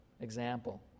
example